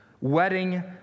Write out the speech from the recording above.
Wedding